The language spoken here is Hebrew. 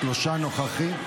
שלושה נוכחים.